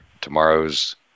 Tomorrow's –